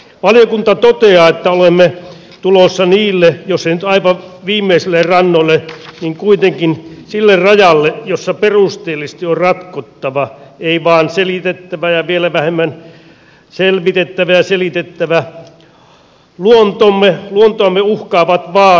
valiokunta toteaa että olemme tulossa sille jos ei nyt aivan viimeisille rannoille niin kuitenkin sille rajalle jossa perusteellisesti on ratkottava ei vain selitettävä ja vielä vähemmän selvitettävä ja selitettävä luontoamme uhkaavat vaarat